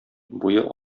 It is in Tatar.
буе